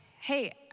hey